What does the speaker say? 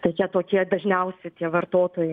tai jie tokie dažniausi tie vartotojai